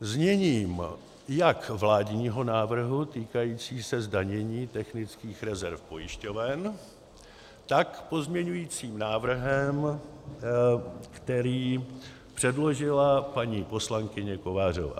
zněním jak vládního návrhu týkajícího se zdanění technických rezerv pojišťoven, tak pozměňujícím návrhem, který předložila paní poslankyně Kovářová.